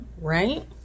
right